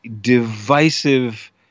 divisive